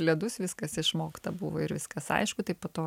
ledus viskas išmokta buvo ir viskas aišku tai po to